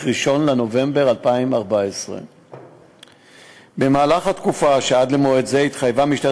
ל-1 בנובמבר 2014. במהלך התקופה עד למועד זה התחייבה משטרת